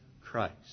Christ